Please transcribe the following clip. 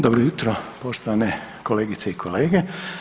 Dobro jutro poštovane kolegice i kolege.